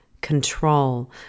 control